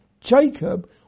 Jacob